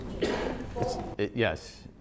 Yes